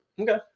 Okay